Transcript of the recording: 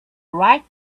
right